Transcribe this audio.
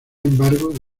embargo